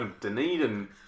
Dunedin